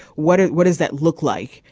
what what does that look like.